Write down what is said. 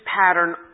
pattern